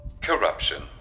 corruption